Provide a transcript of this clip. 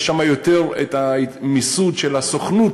יש שם יותר את המיסוד של הסוכנות